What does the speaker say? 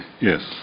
Yes